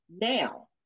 Now